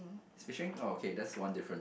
it's fishing okay that's one different